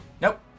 Nope